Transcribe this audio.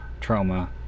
trauma